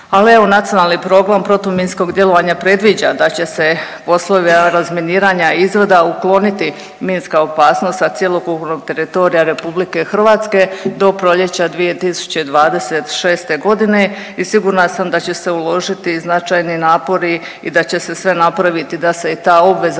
Ali evo Nacionalni program protuminskog djelovanja predviđa da će se poslovi razminiranja i .../Govornica se ne razumije./… ukloniti minska opasnost sa cjelokupnog teritorija Republike Hrvatske do proljeća 2026. godine i sigurna sam da će se uložiti i značajni napori i da će se i sve napraviti da se i ta obveza